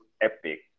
epic